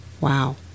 Wow